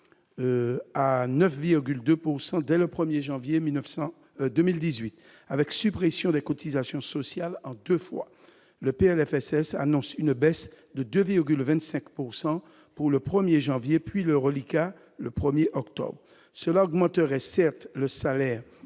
dès dès le 1er janvier 1900 2018 avec suppression des cotisations sociales en 2 fois le PLFSS annonce une baisse de 2,25 pourcent pour pour le 1er janvier puis le reliquat, le 1er octobre cela augmenterait certes le salaire